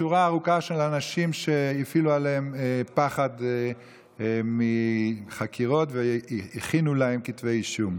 שורה ארוכה של אנשים שהפעילו עליהם פחד מחקירות והכינו להם כתבי אישום.